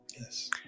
Yes